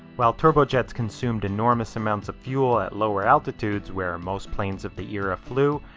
while turbojets consumed enormous amounts of fuel at lower altitudes, where most planes of the year a flew,